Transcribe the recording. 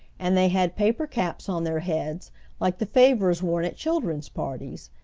and they had paper caps on their heads like the favors worn at children's parties.